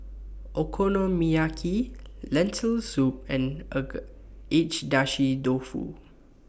Okonomiyaki Lentil Soup and Agedashi Dofu